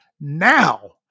now